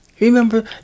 Remember